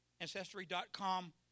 Ancestry.com